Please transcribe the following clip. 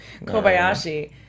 Kobayashi